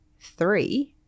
three